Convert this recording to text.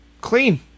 Clean